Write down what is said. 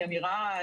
היא אמורה,